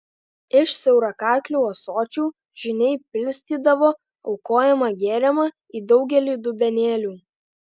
iš siaurakaklių ąsočių žyniai pilstydavo aukojamą gėrimą į daugelį dubenėlių